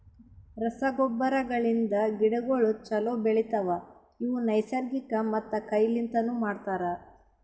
ರಸಗೊಬ್ಬರಗಳಿಂದ್ ಗಿಡಗೋಳು ಛಲೋ ಬೆಳಿತವ, ಇವು ನೈಸರ್ಗಿಕ ಮತ್ತ ಕೈ ಲಿಂತನು ಮಾಡ್ತರ